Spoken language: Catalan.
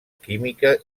química